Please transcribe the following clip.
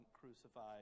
crucified